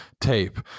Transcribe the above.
tape